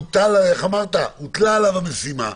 שהוטלה עליו המשימה,